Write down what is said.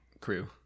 Crew